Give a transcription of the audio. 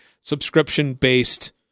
subscription-based